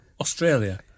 Australia